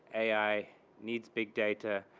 ai needs big data.